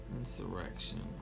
insurrection